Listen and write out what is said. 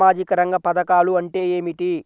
సామాజిక రంగ పధకాలు అంటే ఏమిటీ?